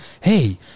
Hey